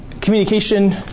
communication